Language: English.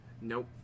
Nope